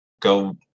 go